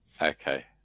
Okay